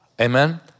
Amen